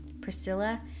Priscilla